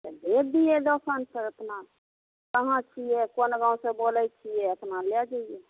तऽ भेज दियै दोकान पर अपना कहाँ छियै कोन गाँवसँ बोलैत छियै अपना लए जैयौ